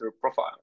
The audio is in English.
profile